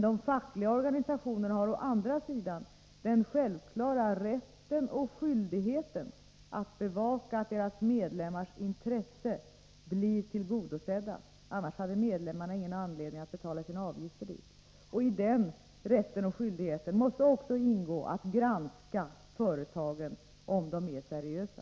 De fackliga organisationerna har å andra sidan den självklara rätten och skyldigheten att bevaka att deras medlemmars intressen blir tillgodosedda — annars hade medlemmarna ingen anledning att betala sina avgifter till dem. I den rätten och skyldigheten måste också ingå att granska om företagen är seriösa.